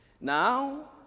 Now